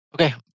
Okay